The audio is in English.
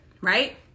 right